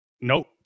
Nope